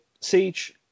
siege